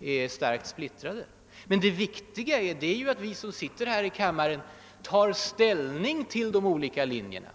den här frågan. Det viktiga är dock att vi som sitter här i kammaren tar ställning till de olika linjerna som förs fram i debatten.